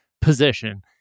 position